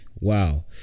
Wow